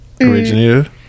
originated